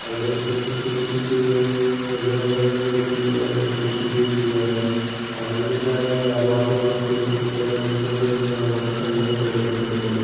അതിനെ ഒരിക്കലും ബുദ്ധിമുട്ടിക്കുകയോ മൃഗമല്ലേ എന്നു കരുതി അതിനെ പീഡിപ്പിക്കുകയോ ചെയ്യാതെ അതിൻ്റേതായ ഒരു ആവാസ വ്യവസ്ഥയും ഒക്കെ നൽകിക്കൊണ്ട് തന്നെയാവണം അതിനെയും പരിപാലിക്കേണ്ടത്